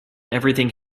everything